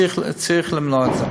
צריך למנוע את זה.